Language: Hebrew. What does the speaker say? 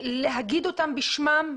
להגיד אותם בשמם,